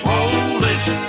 Polish